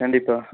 கண்டிப்பாக